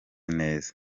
neza